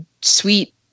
sweet